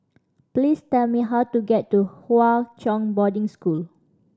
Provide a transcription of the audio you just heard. please tell me how to get to Hwa Chong Boarding School